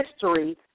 history